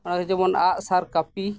ᱚᱱᱟᱫᱚ ᱡᱮᱢᱚᱱ ᱟᱸᱜ ᱥᱟᱨ ᱠᱟᱹᱯᱤ